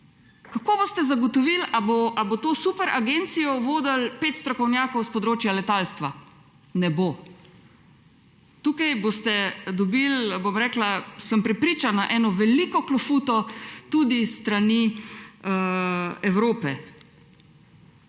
Kako boste zagotovili, ali bo to super agencijo vodilo 5 strokovnjakov s področja letalstva? Ne bo! Tukaj boste dobil, bom rekla, sem prepričana, eno veliko klofuto tudi s strani Evrope.